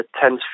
tense